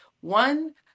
One